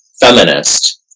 feminist